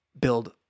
build